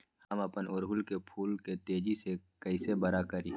हम अपना ओरहूल फूल के तेजी से कई से बड़ा करी?